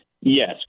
yes